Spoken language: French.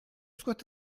soit